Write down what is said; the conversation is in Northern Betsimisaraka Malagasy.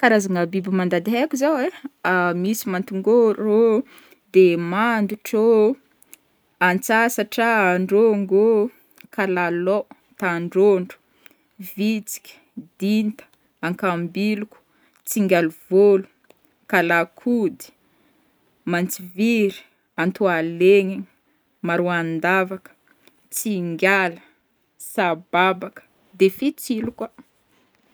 Karazagna biby mandady haiko zao ai: misy mantigôro ô, de mandotro ô, antsasatra, andrôgo ô, kalalao, tandrôdro, vitsiky, dinta, ankambiliko, tsingialivôlo, kalakody, mantsiviry, antoalegnigny, maroandavaka, tsingiala, sababaka, de fitsilo koa.